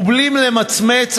ובלי למצמץ,